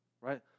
right